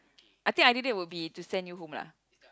I think ideal date would be to send you home lah